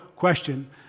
Question